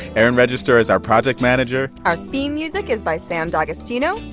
erin register is our project manager our theme music is by sam d'agostino.